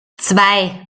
zwei